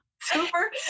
Super